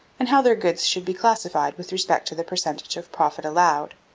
and how their goods should be classified with respect to the percentage of profit allowed.